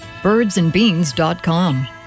BirdsandBeans.com